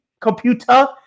computer